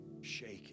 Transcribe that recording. shaken